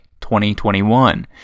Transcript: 2021